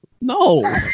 No